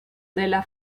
della